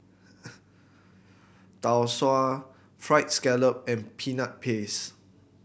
Tau Suan Fried Scallop and Peanut Paste